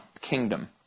kingdom